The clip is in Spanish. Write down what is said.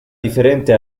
diferente